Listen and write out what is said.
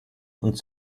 und